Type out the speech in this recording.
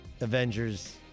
Avengers